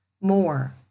more